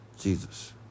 Jesus